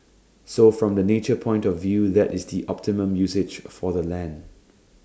so from the nature point of view that is the optimum usage for the land